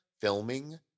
filming